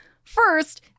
First